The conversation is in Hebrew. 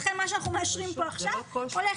לכן מה שאנחנו מאשרים כאן עכשיו הולך